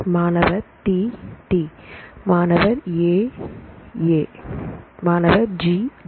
மாணவர்T T மாணவர்A A மாணவர்G G